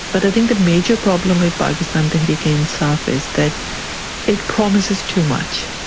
but i think the major problem with pakistan tehreek-e-insaf is that it promises too much.